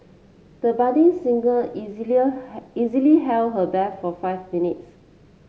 the budding singer easily held her breath for five minutes